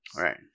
right